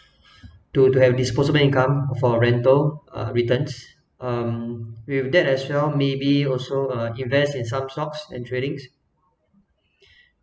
to to have disposable income for rental uh returns um with that as well maybe also uh invest in some stocks and tradings